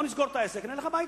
בוא נסגור את העסק ונלך הביתה.